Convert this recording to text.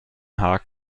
haag